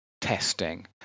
testing